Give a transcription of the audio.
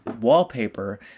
wallpaper